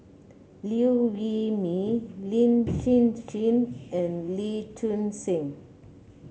Liew Wee Mee Lin Hsin Hsin and Lee Choon Seng